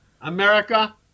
America